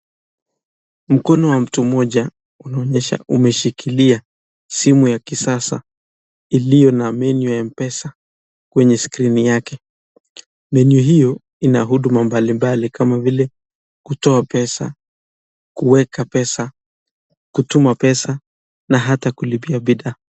Mkono wa mtu mmoja unaonyesha umeshikilia simu ya kisasa iliyo na menu ya mpesa kwenye skrini yake. menu hiyo ina huduma mbali mbali kama vile kutoa pesa, kuweka pesa, kutuma pesa na hata kulipia bidhaa.